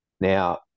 Now